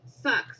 sucks